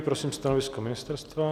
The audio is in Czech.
Prosím stanovisko ministerstva.